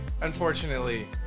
unfortunately